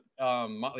Motley